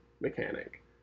mechanic